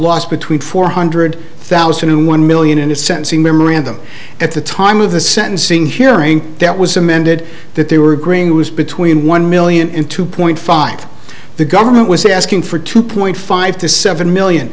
loss between four hundred thousand and one million and it's sensing memorandum at the time of the sentencing hearing that was amended that they were green was between one million in two point five the government was asking for two point five to seven million